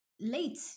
late